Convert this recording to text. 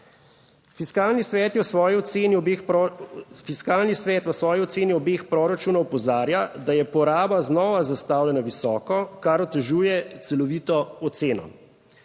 Fiskalni svet v svoji oceni obeh proračunov opozarja, da je poraba znova zastavljena visoko, kar otežuje celovito oceno.